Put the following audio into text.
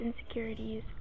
insecurities